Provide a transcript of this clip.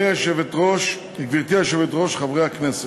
גברתי היושבת-ראש, חברי הכנסת,